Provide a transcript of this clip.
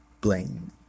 blame